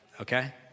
Okay